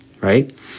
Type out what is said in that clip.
right